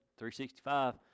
365